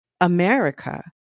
America